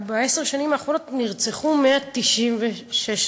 בעשר השנים האחרונות נרצחו 196 נשים.